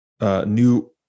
new